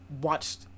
watched